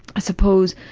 i suppose,